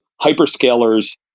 Hyperscalers